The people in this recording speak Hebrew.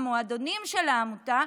המועדונים של העמותה,